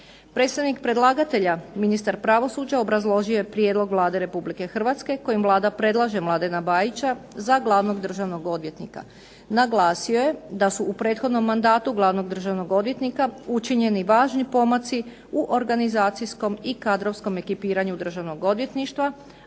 Predstavnik predlagatelja, ministar pravosuđa obrazložio je prijedlog Vlade RH kojim Vlada predlaže Mladena Bajića za glavnog državnog odvjetnika. Naglasio je da su u prethodnom mandatu glavnog državnog odvjetnika učinjeni važni pomaci u organizacijskom i kadrovskom ekipiranju Državnog odvjetništva,